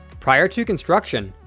prior to construction,